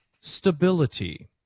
Stability